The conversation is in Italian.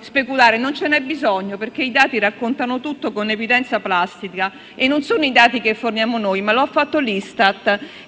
speculare. Non ce n'è bisogno, perché i dati raccontano tutto con evidenza plastica e non sono i dati che forniamo noi; lo ha fatto l'ISTAT,